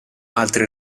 altri